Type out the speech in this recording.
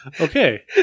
Okay